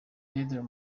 pedro